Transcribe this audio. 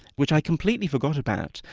which i completely forgot about,